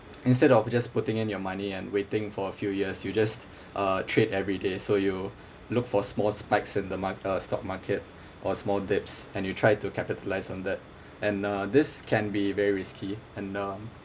instead of just putting in your money and waiting for a few years you just uh trade every day so you look for small spikes in the mar~ uh stock market or small dips and you try to capitalise on that and uh this can be very risky and um